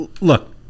look